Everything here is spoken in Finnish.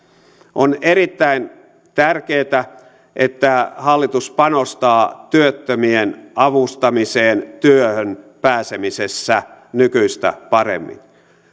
on erittäin tärkeätä että hallitus panostaa työttömien avustamiseen työhön pääsemisessä nykyistä paremmin